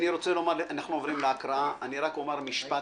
חברות